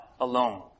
alone